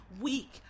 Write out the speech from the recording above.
weak